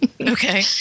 Okay